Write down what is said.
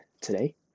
today